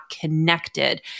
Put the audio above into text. connected